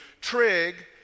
Trig